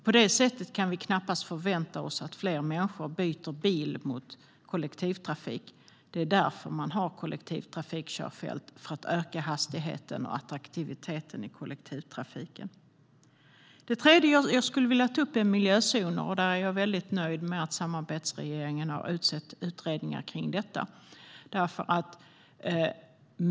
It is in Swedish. På det sättet kan vi knappast förvänta oss att fler människor byter bil mot kollektivtrafik. Man har kollektivtrafikkörfält för att öka hastigheten och attraktiviteten i kollektivtrafiken. Den tredje frågan som jag skulle vilja ta upp gäller miljözoner. Där är jag mycket nöjd med att samarbetsregeringen har tillsatt utredningar om detta.